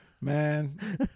man